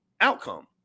outcome